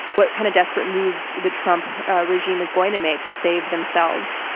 what kind of desperate moves the trump regime is going to make to save themselves.